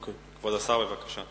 כבוד השר, בבקשה.